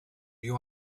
you